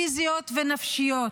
פיזיות ונפשיות,